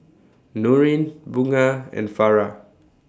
Nurin Bunga and Farah